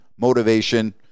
motivation